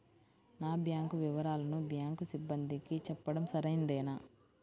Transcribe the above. నా బ్యాంకు వివరాలను బ్యాంకు సిబ్బందికి చెప్పడం సరైందేనా?